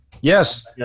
Yes